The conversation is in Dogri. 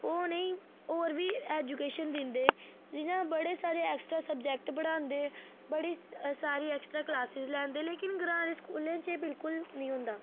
ओह् उनेंगी होर बी एजुकेशन दिंदे जियां बड़़े सारे ऐसे सब्जैक्ट पढ़ांदे बड़़ी सारी एक्स्ट्रा कलासेस लैंदे लेकिन ग्राएं दे स्कूलें च एह् बिल्कुल नी होंदा